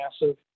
massive